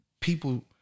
people